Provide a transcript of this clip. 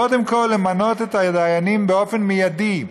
קודם כול למנות את הדיינים באופן מיידי.